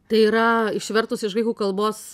tai yra išvertus iš graikų kalbos